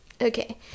Okay